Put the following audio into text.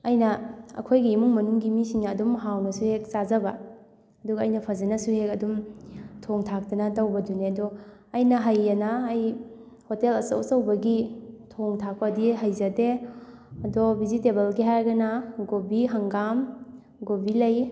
ꯑꯩꯅ ꯑꯩꯈꯣꯏꯒꯤ ꯏꯃꯨꯡ ꯃꯅꯨꯡꯒꯤ ꯃꯤꯑꯣꯏꯁꯤꯡꯅ ꯑꯗꯨꯝ ꯍꯥꯎꯅꯁꯨ ꯍꯦꯛ ꯆꯥꯖꯕ ꯑꯗꯨꯒ ꯑꯩꯅ ꯐꯖꯅꯁꯨ ꯍꯦꯛ ꯑꯗꯨꯝ ꯊꯣꯡ ꯊꯥꯛꯇꯅ ꯇꯧꯕꯗꯨꯅꯦ ꯑꯗꯣ ꯑꯩꯅ ꯍꯩꯌꯦꯅ ꯑꯩ ꯍꯣꯇꯦꯜ ꯑꯆꯧ ꯑꯆꯧꯕꯒꯤ ꯊꯣꯡ ꯊꯥꯛꯄꯗꯤ ꯍꯩꯖꯗꯦ ꯑꯗꯣ ꯚꯤꯖꯤꯇꯦꯕꯜꯒꯤ ꯍꯥꯏꯔꯒꯅ ꯒꯣꯕꯤ ꯍꯪꯒꯥꯝ ꯒꯣꯕꯤꯂꯩ